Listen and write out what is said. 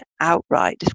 outright